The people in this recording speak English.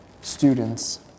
students